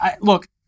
look